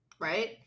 Right